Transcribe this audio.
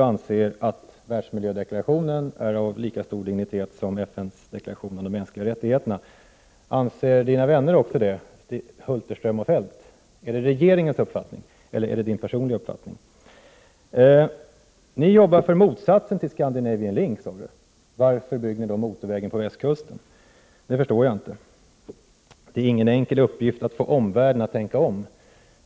anser att världsmiljödeklarationen är av lika stor dignitet som FN:s deklaration om de mänskliga rättigheterna. Anser Birgitta Dahls vänner Sven Hulterström och Kjell-Olof Feldt det också? Är det alltså regeringens uppfattning, eller är det miljöministerns personliga uppfattning? Ni jobbar för motsatsen till Scandinavian Link. Men varför då bygga motorvägen på västkusten? Det förstår jag inte. Det är inte en enkel uppgift att få omvärlden att tänka om, säger Birgitta Dahl.